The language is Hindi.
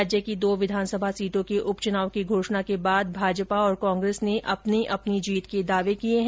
राज्य की दो विधानसभा सीटों के उपचुनाव की घोषणा के बाद भाजपा और कांग्रेस ने अपनी अपनी जीत के दावे किये हैं